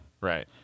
right